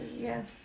Yes